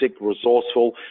resourceful